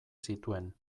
zituen